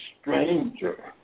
stranger